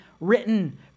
written